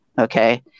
Okay